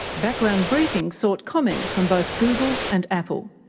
background briefing sought comment from both google and apple.